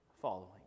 following